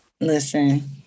Listen